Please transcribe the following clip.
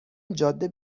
جاده